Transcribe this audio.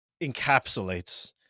encapsulates